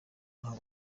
naho